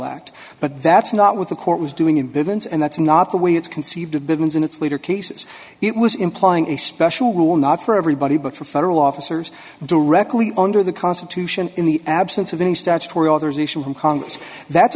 act but that's not what the court was doing in villains and that's not the way it's conceived to begin its leader cases it was implying a special rule not for everybody but for federal officers directly under the constitution in the absence of any statutory authorization from congress that's